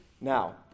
Now